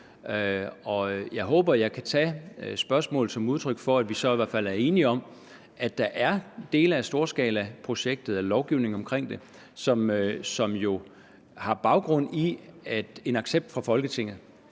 Jeg håber, at jeg kan tage spørgsmålet som udtryk for, at vi så i hvert fald er enige om, at der er dele af storskalaprojektet eller af lovgivningen omkring det, som jo har baggrund i en accept fra Folketinget.